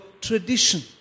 tradition